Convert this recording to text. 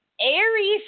Aries